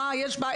מה יש בה,